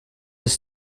his